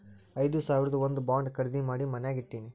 ಐದು ಸಾವಿರದು ಒಂದ್ ಬಾಂಡ್ ಖರ್ದಿ ಮಾಡಿ ಮನ್ಯಾಗೆ ಇಟ್ಟಿನಿ